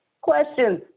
questions